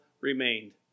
Remained